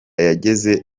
yageze